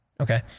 Okay